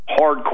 hardcore